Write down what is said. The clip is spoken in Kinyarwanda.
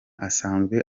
asanzwe